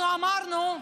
אנחנו אמרנו,